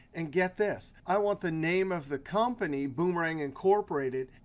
and get this i want the name of the company, boomerang incorporated.